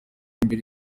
mbere